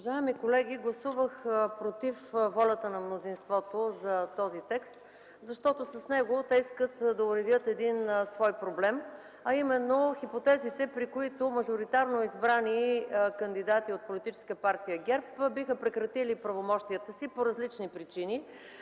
Уважаеми колеги, гласувах против волята на мнозинството за този текст, защото с него те искат да уредят свой проблем, а именно хипотезите, при които мажоритарно избрани кандидати от политическа партия ГЕРБ биха прекратили правомощията си по различни причини.